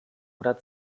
oder